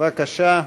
בבקשה,